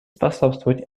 способствовать